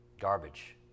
garbage